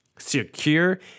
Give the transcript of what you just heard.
secure